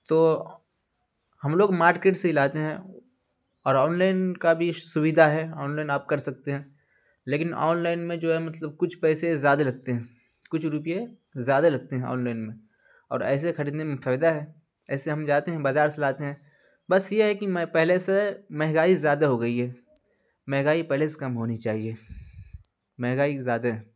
تو ہم لوگ مارکیٹ سے ہی لاتے ہیں اور آن لائن کا بھی سویدھا ہے آن لائن آپ کرسکتے ہیں لیکن آن لائن میں جو ہے مطلب کچھ پیسے زیادہ لگتے ہیں کچھ روپیے زیادہ لگتے ہیں آن لائن میں اور ایسے خریدنے میں فائدہ ہے ایسے ہم جاتے ہیں بازار سے لاتے ہیں بس یہ ہے کہ میں پہلے سے مہنگائی زیادہ ہو گئی ہے مہنگائی پہلے سے کم ہونی چاہیے مہنگائی زیادہ ہے